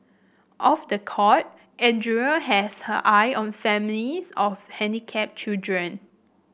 off the court Andrea has her eye on families of handicapped children